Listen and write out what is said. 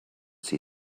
see